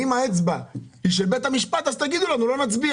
אם האצבע היא של בית המשפט אז תגידי לנו ולא נצביע.